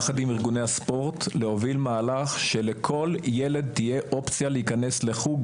ביחד עם ארגוני הספורט להוביל מהלך שלכל ילד תהיה אופציה להיכנס לחוק,